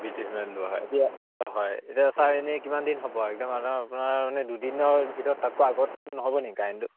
লোৱা হয় এতিয়া হয় এতিয়া ছাৰ এনেই কিমান দিন হ'ব একদম আপোনাৰ মানে দুদিনৰ ভিতৰত তাতকৈ আগত নহ'ব নেকি কাৰেণ্টটো